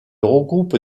regroupe